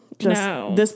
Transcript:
no